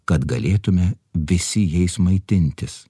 kad galėtume visi jais maitintis